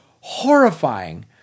horrifying